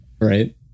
right